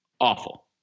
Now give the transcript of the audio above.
awful